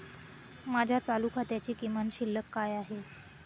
माझ्या चालू खात्याची किमान शिल्लक काय आहे?